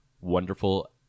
wonderful